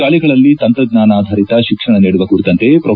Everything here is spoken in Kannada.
ಶಾಲೆಗಳಲ್ಲಿ ತಂತ್ರಜ್ಞಾನಾಧಾರಿತ ಶಿಕ್ಷಣ ನೀಡುವ ಕುರಿತಂತೆ ಪ್ರೊ